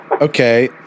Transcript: okay